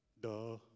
Duh